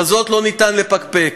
בזאת לא ניתן לפקפק.